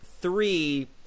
three